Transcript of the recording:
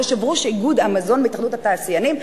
ויושב-ראש איגוד המזון בהתאחדות התעשיינים.